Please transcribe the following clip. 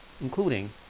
including